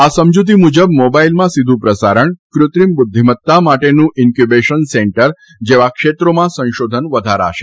આ સમજૂતી મુજબ મોબાઇલમાં સીધુ પ્રસારણ કૃત્રિમ બુદ્ધિમત્તા માટેનું ઇન્ક્યુબેશન સેંટર જેવા ક્ષેત્રોમાં સંશોધન વધારાશે